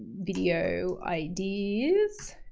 video ideas,